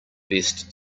best